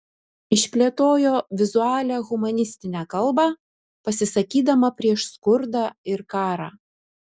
išplėtojo vizualią humanistinę kalbą pasisakydama prieš skurdą ir karą